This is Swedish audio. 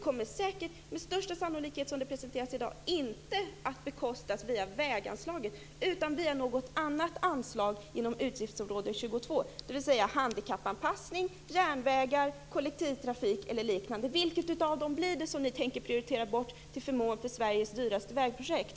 Som det presenteras i dag kommer det med största sannolikhet inte att bekostas via väganslaget utan via något annat anslag inom utgiftsområde 22, dvs. handikappanpassning, järnvägar, kollektivtrafik eller liknande. Vilket av dessa områden tänker ni prioritera bort till förmån för Sveriges dyraste vägprojekt?